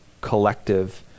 collective